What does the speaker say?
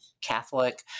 Catholic